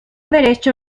derecho